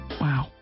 Wow